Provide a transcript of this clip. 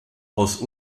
aus